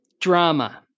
Drama